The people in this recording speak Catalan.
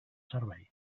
servei